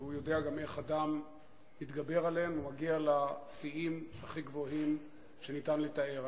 והוא גם יודע איך אדם מתגבר עליהן ומגיע לשיאים הכי גבוהים שניתן לתאר,